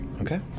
Okay